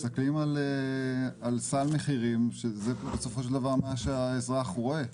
מסתכלים על סל מחירים וזה בסופו של דבר מה שהאזרח רואה.